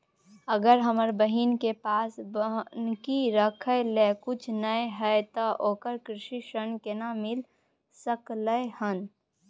अगर हमर बहिन के पास बन्हकी रखय लेल कुछ नय हय त ओकरा कृषि ऋण केना मिल सकलय हन?